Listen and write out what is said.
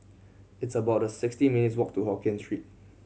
it's about sixty minutes' walk to Hokkien Street